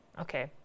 Okay